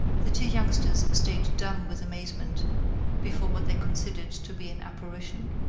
the two youngsters stayed dumb with amazement before what they considered to be an apparition.